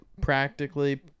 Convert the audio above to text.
practically